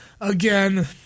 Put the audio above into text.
again